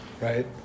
right